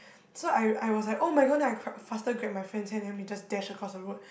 so I I was like [oh]-my-god then I grab faster grab my friend's hand then we just dash across the road